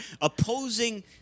Opposing